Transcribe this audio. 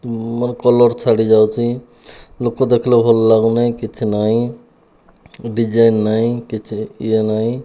ମାନେ କଲର୍ ଛାଡ଼ି ଯାଉଛି ଲୋକ ଦେଖିଲେ ଭଲ ଲାଗୁନାହିଁ କିଛି ନାହିଁ ଡିଜାଇନ୍ ନାହିଁ କିଛି ଇଏ ନାହିଁ